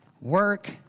work